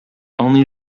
only